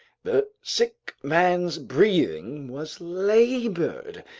the sick man's breathing was labored,